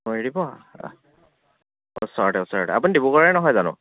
কৰি দিব ওচৰতে ওচৰতে আপুনি ডিব্ৰুগড়ৰে নহয় জানো